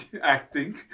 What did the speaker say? acting